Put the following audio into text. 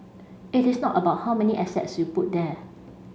it is not about how many assets you put there